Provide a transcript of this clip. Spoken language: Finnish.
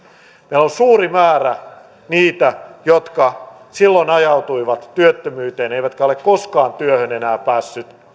meillä on suuri määrä niitä jotka silloin ajautuivat työttömyyteen eivätkä ole koskaan työhön enää päässeet